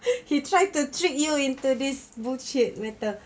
he tried to trick you into this bullshit wetter